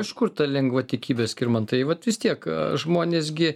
iš kur ta lengvatikybė skirmantai vat vis tiek žmonės gi